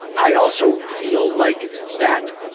i also feel like that,